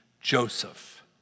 Joseph